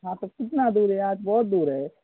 हाँ तो कितना दूर है यहाँ से बहुत दूर है